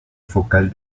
focal